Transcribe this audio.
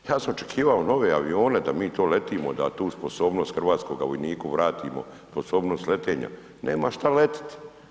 Ja sam očekivao nove avione, da mi to letitimo, da tu sposobnost hrvatskom vojniku vratimo sposobnost letenja, nema šta letit.